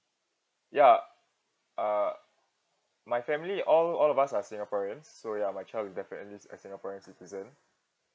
ya uh my family all all of us are singaporeans so ya my child is definitely a singaporean citizen